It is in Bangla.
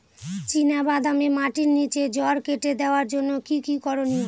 চিনা বাদামে মাটির নিচে জড় কেটে দেওয়ার জন্য কি কী করনীয়?